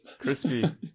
crispy